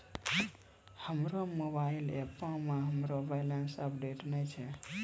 हमरो मोबाइल एपो मे हमरो बैलेंस अपडेट नै छै